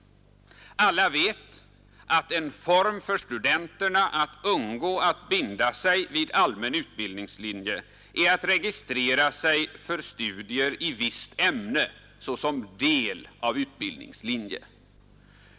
Alla vet att en form för studenterna att undgå att binda sig vid allmän utbildningslinje är att registrera sig för studier i visst ämne såsom del av utbildningslinje.